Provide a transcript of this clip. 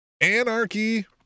anarchy